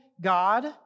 God